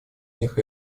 них